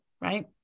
right